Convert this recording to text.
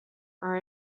are